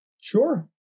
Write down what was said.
Sure